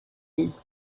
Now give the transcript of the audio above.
his